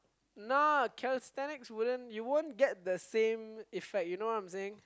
no calisthenics wouldn't you won't get the same effects you know what I'm saying